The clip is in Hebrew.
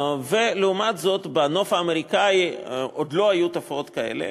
לעומת זאת, בנוף האמריקני עוד לא היו תופעות כאלה.